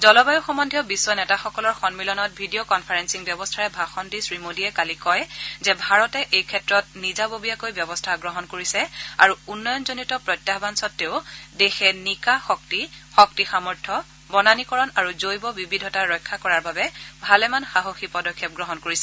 জলবায়ু সম্বন্ধীয় বিশ্ব নেতাসকলৰ সন্মিলনত ভিডিঅ কনফাৰেন্সিং ব্যৱস্থাৰে ভাষণ দি শ্ৰীমোডীয়ে কালি কয় যে ভাৰতে এই ক্ষেত্ৰত নিজাববীয়াকৈ ব্যৱস্থা গ্ৰহণ কৰিছে আৰু উন্নয়নজনিত প্ৰত্যাহান সতেও দেশে নিকা শক্তি শক্তি সামৰ্থ্য বননিকৰণ আৰু জৈৱ বিবিধতা ৰক্ষা কৰাৰ বাবে ভালেমান সাহসী পদক্ষেপ গ্ৰহণ কৰিছে